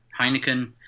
Heineken